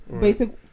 basic